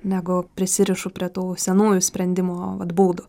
negu prisirišu prie tų senųjų sprendimo vat būdų